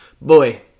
Boy